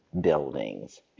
buildings